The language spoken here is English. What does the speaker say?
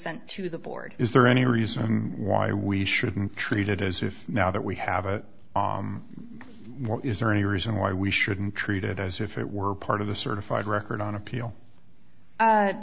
sent to the board is there any reason why we shouldn't treat it as if now that we have a more is there any reason why we shouldn't treat it as if it were part of the certified record on appeal